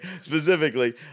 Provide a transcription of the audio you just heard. specifically